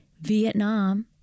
Vietnam